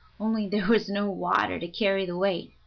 only there was no water to carry the weight.